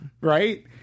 right